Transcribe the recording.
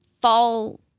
fall